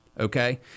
Okay